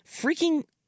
Freaking